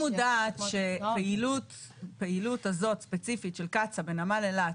גברתי מודעת שפעילות הזאת ספציפית של קצא"א בנמל אילת,